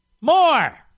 More